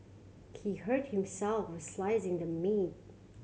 he hurt himself while slicing the meat